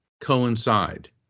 coincide